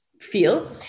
feel